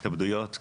התאבדויות,